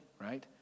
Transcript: right